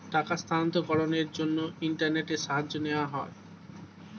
টাকার স্থানান্তরকরণের জন্য ইন্টারনেটের সাহায্য নেওয়া হয়